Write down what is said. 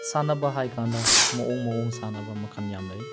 ꯁꯥꯟꯅꯕ ꯍꯥꯏ ꯀꯥꯟꯗ ꯃꯑꯣꯡ ꯃꯑꯣꯡ ꯁꯥꯟꯅꯕ ꯃꯈꯟ ꯌꯥꯝ ꯂꯩ